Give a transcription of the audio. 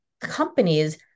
companies